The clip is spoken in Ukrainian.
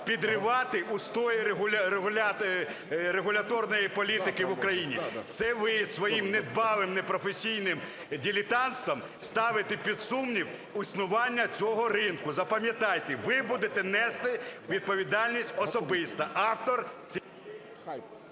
підривати устої регуляторної політики в Україні, це ви своїм неблагим, непрофесійним дилетантством ставите під сумнів існування цього ринку. Запам'ятайте, ви будете нести відповідальність особисто, автор цієї...